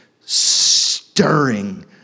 stirring